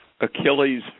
Achilles